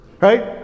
right